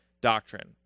doctrine